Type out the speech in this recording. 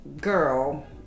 girl